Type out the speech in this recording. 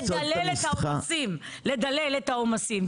כשיש לך בחירה והיצע גדול ואז יש לך גם את האפשרות לדלל את העומסים.